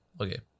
okay